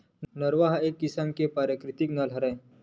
नरूवा ह एक किसम के पराकिरितिक नाला हरय